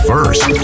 First